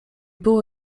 było